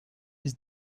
his